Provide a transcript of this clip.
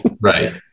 Right